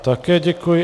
Také děkuji.